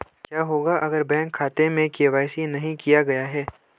क्या होगा अगर बैंक खाते में के.वाई.सी नहीं किया गया है?